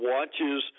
Watches